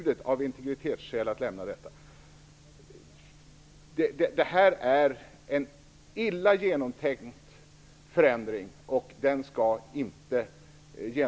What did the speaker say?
Detta är en illa genomtänkt förändring.